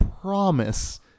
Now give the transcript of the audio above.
promise